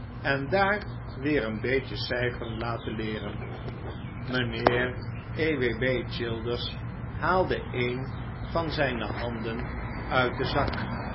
en daar weer een beetje cijferen laten leeren mijnheer e w b childers haalde een van zijne handen uit den zak